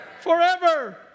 Forever